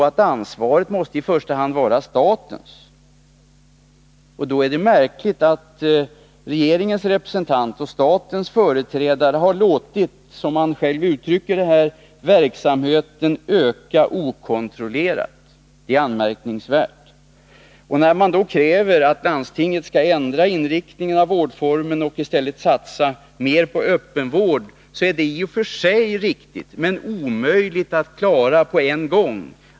Ansvaret måste ju i första hand vara statens, och då är det märkligt att regeringens representant och alltså statens företrädare har låtit, mom han själv uttrycker det, verksamheten öka okontrollerat. När man kräver att landstinget skall ändra inriktningen av vårdformen och i stället satsa mer på öppenvård, är det i och för sig riktigt, men omöjligt att klara på en gång.